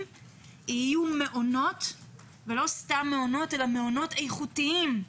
יהיו מעונות ולא סתם מעונות אלא מעונות איכותיים,